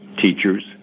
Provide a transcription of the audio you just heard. teachers